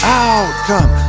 outcome